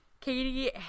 katie